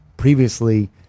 Previously